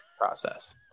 process